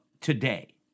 today